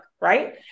Right